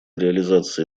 реализации